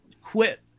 quit